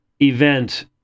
event